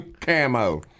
Camo